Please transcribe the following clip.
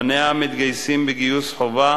בניה מתגייסים בגיוס חובה